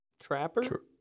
trapper